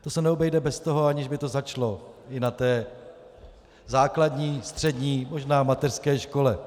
To se neobejde bez toho, aniž by to začalo i na základní, střední, možná mateřské škole.